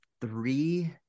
three